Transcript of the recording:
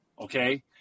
okay